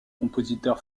compositeur